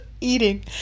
eating